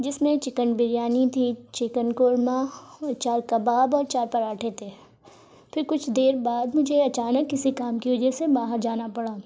جس میں چکن بریانی تھی چکن قورمہ اور چار کباب اور چار پراٹھے تھے پھر کچھ دیر بعد مجھے اچانک کسی کام کی وجہ سے باہر جانا پڑا